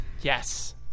yes